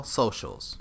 socials